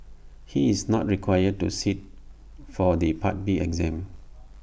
he is not required to sit for the part B exam